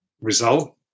result